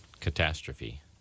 catastrophe